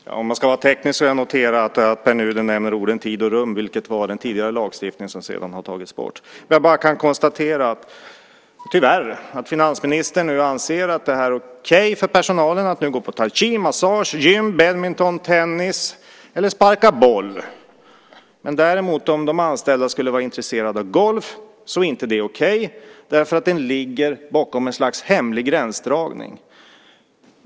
Fru talman! Om man ska vara teknisk kan man notera att Pär Nuder nämner orden "tid och rum", vilket var det den tidigare lagstiftningen som sedan har tagits bort. Jag kan bara konstatera, tyvärr, att finansministern nu anser att det är okej för personalen att gå på taiji, massage, gym, badminton och tennis eller att sparka boll, men om däremot de anställa skulle vara intresserade av golf är inte det okej eftersom golf ligger bakom ett slags hemlig gränsdragning.